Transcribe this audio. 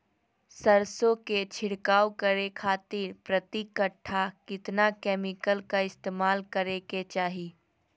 सरसों के छिड़काव करे खातिर प्रति कट्ठा कितना केमिकल का इस्तेमाल करे के चाही?